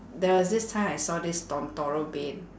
there was this time I saw this bed